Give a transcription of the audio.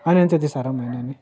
होइन नि त्यत्ति साह्रो पनि होइन नि